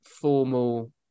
formal